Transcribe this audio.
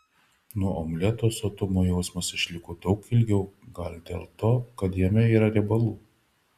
nuo omleto sotumo jausmas išliko daug ilgiau gal dėl to kad jame yra riebalų